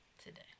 today